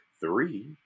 Three